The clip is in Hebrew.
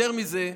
יותר מזה,